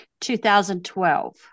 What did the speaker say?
2012